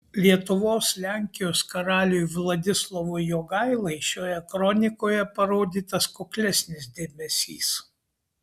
lietuvos lenkijos karaliui vladislovui jogailai šioje kronikoje parodytas kuklesnis dėmesys